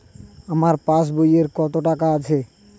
আমার পাস বইয়ে কত টাকা আছে?